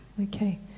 Okay